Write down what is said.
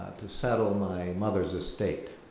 to settle my mother's estate.